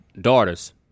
Daughters